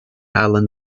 alan